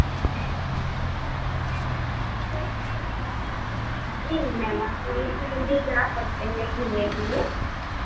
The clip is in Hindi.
अरे मैम आप लोग अभी जा सकते हैं घूमने के लिए